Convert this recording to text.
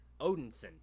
Odinson